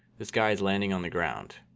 this guy is landing on the ground.